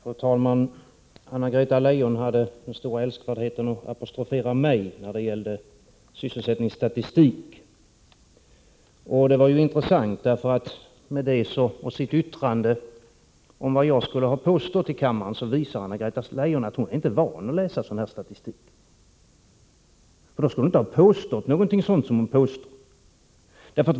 Fru talman! Anna-Greta Leijon hade den stora älskvärdheten att apostrofera mig när det gällde sysselsättningsstatistik. Det var ju intressant, för därmed — och med sitt yttrande om vad jag skulle ha hävdat i kammaren — visar Anna-Greta Leijon att hon inte är van att läsa sådan här statistik; annars skulle hon inte ha påstått någonting sådant som hon nu påstår.